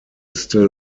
still